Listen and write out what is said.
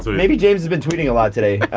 but maybe james has been tweeting a lot today.